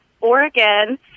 Oregon